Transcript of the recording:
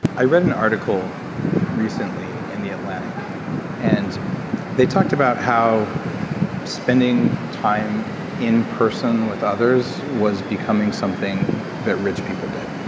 i read an article recently in the atlantic and they talked about how spending time in person with others was becoming something that rich people did